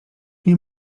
nie